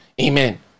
Amen